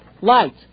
light